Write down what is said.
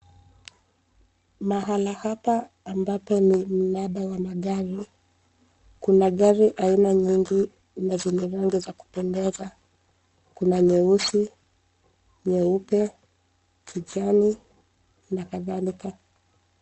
Mahala hapa ambapo ni mnada wa magari, kuna gari aina nyingi na zenye rangi za kupendeza. Kuna nyeusi, nyeupe, kijani na kadhalika.